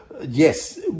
yes